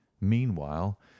meanwhile